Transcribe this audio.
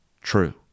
true